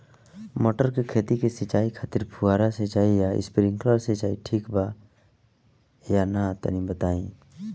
मटर के खेती के सिचाई खातिर फुहारा सिंचाई या स्प्रिंकलर सिंचाई ठीक बा या ना तनि बताई?